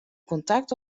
kontakt